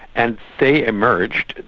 and they emerged,